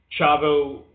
Chavo